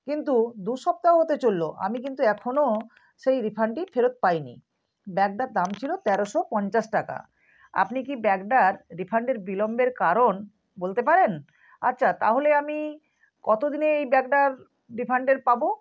কিন্তু দুসপ্তাহ হতে চলল আমি কিন্তু এখনও সেই রিফান্ডটি ফেরত পাইনি ব্যাগটার দাম ছিল তেরোশো পঞ্চাশ টাকা আপনি কি ব্যাগটার রিফান্ডের বিলম্বের কারণ বলতে পারেন আচ্ছা তাহলে আমি কত দিনে এই ব্যাগটার রিফান্ডের পাব